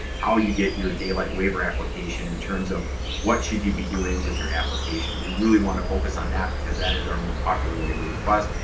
how you get your daylight waiver application, in terms of what should you be doing with your application. we really want to focus on that, because that is our most popular waiver request.